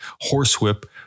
Horsewhip